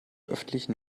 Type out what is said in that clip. öffentlichen